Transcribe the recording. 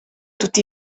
tutti